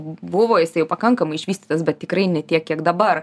buvo jisai jau pakankamai išvystytas bet tikrai ne tiek kiek dabar